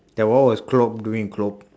that one was cloke doing cloke